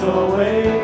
away